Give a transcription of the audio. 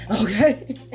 okay